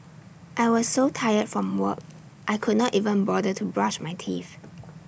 I was so tired from work I could not even bother to brush my teeth